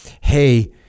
Hey